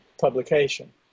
publication